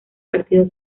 partido